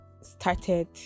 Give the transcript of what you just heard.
started